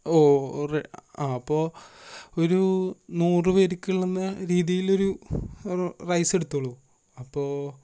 ഓ അതെയോ അ അപ്പോൾ ഒരു നൂറുപേർക്കുള്ള രീതിയിൽ ഒരു റൈസ് എടുത്തോളു അപ്പോൾ